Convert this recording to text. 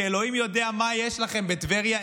אלוהים יודע מה יש לכם בטבריה,